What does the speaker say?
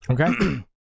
Okay